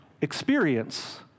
experience